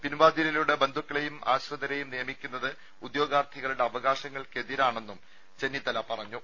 പിൻവാതിലിലൂടെ ബന്ധുക്കളെയും ആശ്രിതരെയും നിയമിക്കുന്നത് ഉദ്യോഗാർത്ഥികളുടെ അവകാശങ്ങൾക്കെതിരാണെന്നും ചെന്നിത്തല പറഞ്ഞു